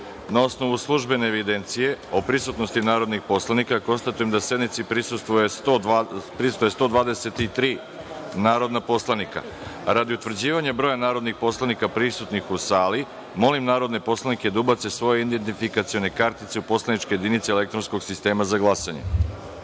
osnovu službene evidencije o prisutnosti narodnih poslanika, konstatujem da sednici prisustvuje 123 narodna poslanika. Radi utvrđivanja broja narodnih poslanika prisutnih u sali, molim narodne poslanike da ubacite svoje kartice u poslaničke jedinice elektronskog sistema za